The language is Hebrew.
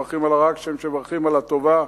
מברכים על הרעה כשם שמברכים על הטובה.